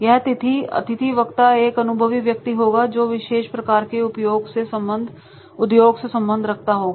य अतिथि वक्ता एक अनुभवी व्यक्ति होगा जो किसी विशेष प्रकार के उपयोग से संबंध रखता हुआ होगा